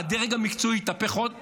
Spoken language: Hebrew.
מה, הדרג המקצועי התהפך עוד פעם?